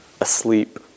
asleep